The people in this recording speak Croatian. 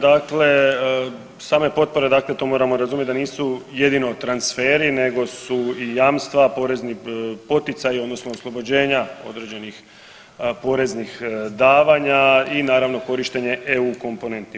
Dakle, same potpore dakle to moramo razumjeti da nisu jedino transferi nego su i jamstva porezni poticaj odnosno oslobođenja određenih poreznih davanja i naravno korištenje eu komponenti.